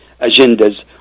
agendas